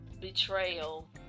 betrayal